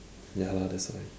ya lah that's why